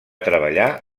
treballar